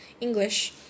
English